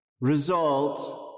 result